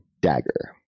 dagger